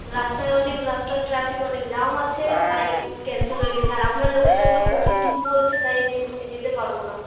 রাস্তায় অনেক রাস্তার ট্রাফিক অনেক জাম আছে তাই উ ক্যান্সেল হয়ে গেছে আর আপনার লোকেশন তো প্রচুর দূর বলছে তাই আমি ওখানে যেতে পারবো না